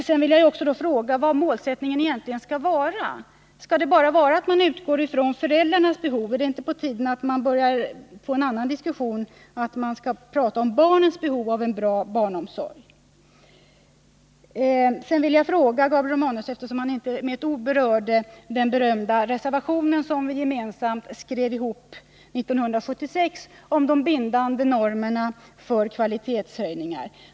Jag vill också fråga vilken målsättning man egentligen skall ha på detta område. Skall man bara utgå från föräldrarnas behov? Är det inte på tiden att man börjar föra en annan diskussion, där man talar om barnens behov av en bra barnomsorg? Jag skulle egentligen vilja ställa en fråga till Gabriel Romanus med anledning av att han inte med ett ord berörde den berömda reservation som vi gemensamt skrev 1976 och som gällde bindande normer för kvalitetshöjningar.